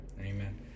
Amen